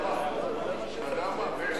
אתה יודע מה, מאיר,